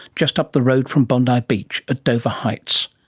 just up the road from bondi beach at dover heights.